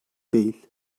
değil